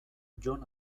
jon